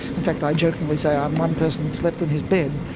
in fact i jokingly say i'm one person that slept in his bed,